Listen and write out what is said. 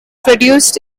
produced